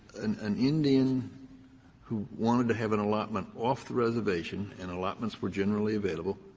an an indian who wanted to have an allotment off the reservation, and allotments were generally available,